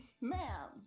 ma'am